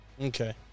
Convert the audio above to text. Okay